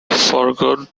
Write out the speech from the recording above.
forgot